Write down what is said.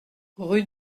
rue